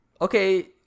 okay